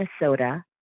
Minnesota